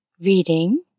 reading